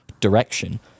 direction